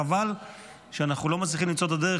חבל שאנחנו לא מצליחים למצוא את הדרך